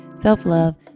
self-love